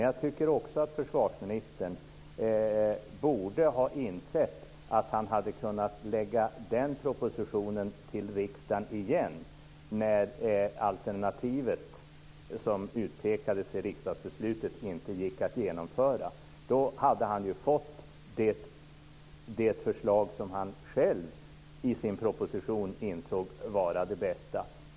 Jag tycker också att försvarsministern borde ha insett att han hade kunnat lägga fram den propositionen till riksdagen igen när alternativet som utpekades i riksdagsbeslutet inte gick att genomföra. Då hade han ju fått igenom det förslag som han själv i sin proposition ansåg vara det bästa.